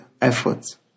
efforts